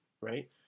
right